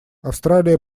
австралия